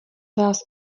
vás